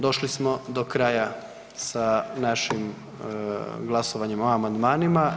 Došli smo do kraja sa našim glasovanjem o amandmanima.